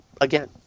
again